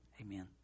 amen